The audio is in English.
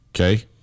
Okay